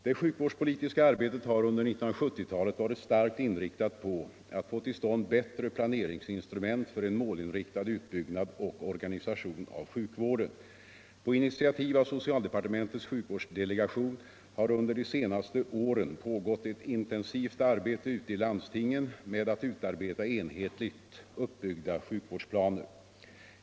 Det sjukvårdspolitiska arbetet har under 1970-talet varit starkt inriktat på att få till stånd bättre planeringsinstrument för en målinriktad utbyggnad och organisation av sjukvården. På initiativ av socialdepartementets sjukvårdsdelegation har under de senaste åren pågått ett intensivt arbete ute i landstingen med att utarbeta enhetligt uppbyggda sjukvårdsplaner.